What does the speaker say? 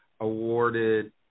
awarded